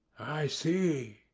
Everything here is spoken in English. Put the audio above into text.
i see,